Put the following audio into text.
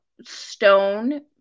Stone